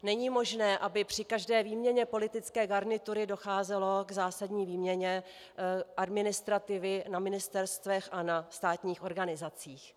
Není možné, aby při každé výměně politické garnitury docházelo k zásadní výměně administrativy na ministerstvech a na státních organizacích.